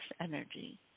energy